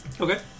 Okay